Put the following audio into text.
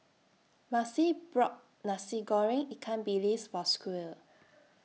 Maci bought Nasi Goreng Ikan Bilis For Squire